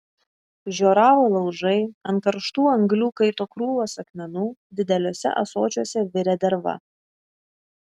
žioravo laužai ant karštų anglių kaito krūvos akmenų dideliuose ąsočiuose virė derva